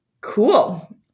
Cool